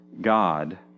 God